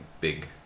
big